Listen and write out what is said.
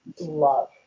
love